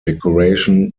decoration